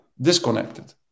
disconnected